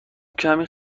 کمی